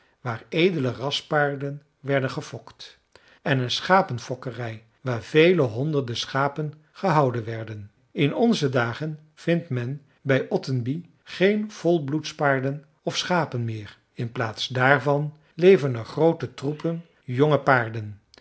waar edele raspaarden werden gefokt en een schapenfokkerij waar vele honderden schapen gehouden werden in onze dagen vindt men bij ottenby geen volbloedspaarden of schapen meer in plaats daarvan leven er groote troepen jonge paarden